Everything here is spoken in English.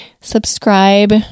subscribe